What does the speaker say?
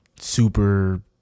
super